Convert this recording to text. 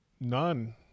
None